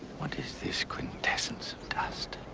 what is this quintessence of dust?